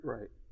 Right